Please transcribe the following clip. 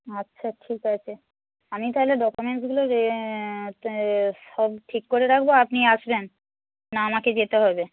আচ্ছা ঠিক আছে আমি তাহলে ডকুমেন্টসগুলো সব ঠিক করে রাখব আপনি আসবেন না আমাকে যেতে হবে